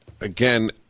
again